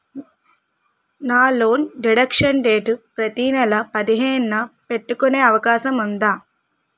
నా loan deduction date ప్రతి నెల పదిహేను న పెట్టుకునే అవకాశం ఉందా?